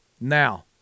Now